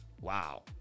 Wow